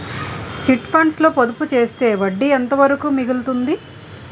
Chit funds లో పొదుపు చేస్తే వడ్డీ ఎంత వరకు మిగులుతుంది?